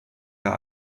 der